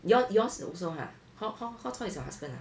your yours also har how how how tall is your husband ah